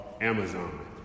Amazon